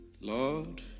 Lord